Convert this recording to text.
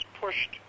pushed